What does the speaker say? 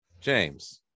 James